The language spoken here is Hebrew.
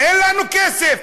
"אין לנו כסף".